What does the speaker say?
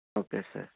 okay sir